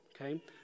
okay